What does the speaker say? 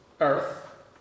Earth